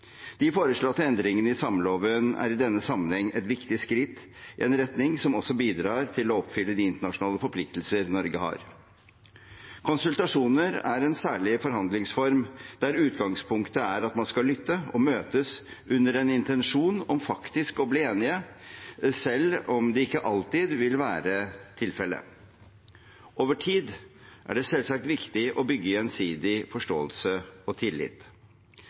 De foreslåtte endringene i sameloven er i denne sammenheng et viktig skritt i en retning som også bidrar til å oppfylle de internasjonale forpliktelsene Norge har. Konsultasjoner er en særlig forhandlingsform der utgangspunktet er at man skal lytte og møtes under en intensjon om faktisk å bli enige, selv om det ikke alltid vil være tilfellet. Over tid er det selvsagt viktig å bygge gjensidig forståelse og tillit.